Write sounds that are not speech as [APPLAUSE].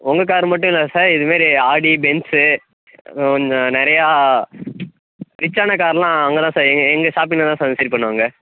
உங்கள் கார் மட்டும் இல்லை சார் இதுமாரி ஆடி பென்ஸ் நிறையா ரிச்சான கார்லாம் அங்கே தான் சார் எங்கள் எங்கள் ஷாப்பிங்ல தான் சார் [UNINTELLIGIBLE] பண்ணுவாங்க